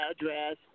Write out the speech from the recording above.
address